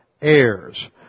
heirs